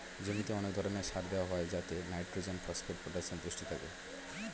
জমিতে অনেক ধরণের সার দেওয়া হয় যাতে নাইট্রোজেন, ফসফেট, পটাসিয়াম পুষ্টি থাকে